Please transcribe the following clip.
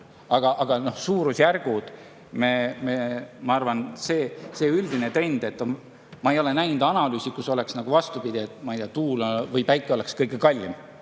Aga suurusjärgud, ma arvan, ja üldine trend [on sama]. Ma ei ole näinud analüüsi, kus oleks vastupidi, ma ei tea, et tuul või päike oleks kõige kallim.